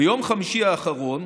ביום חמישי האחרון,